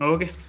Okay